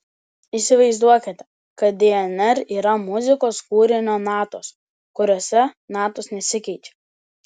įsivaizduokite kad dnr yra muzikos kūrinio natos kuriose natos nesikeičia